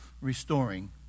restoring